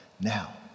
Now